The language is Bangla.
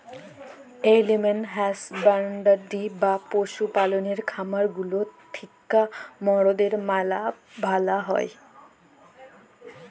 এলিম্যাল হাসব্যান্ডরি বা পশু পাললের খামার গুলা থিক্যা মরদের ম্যালা ভালা হ্যয়